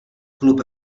klub